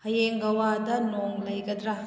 ꯍꯌꯦꯡ ꯒꯧꯋꯥꯗ ꯅꯣꯡ ꯂꯩꯒꯗ꯭ꯔꯥ